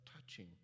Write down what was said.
touching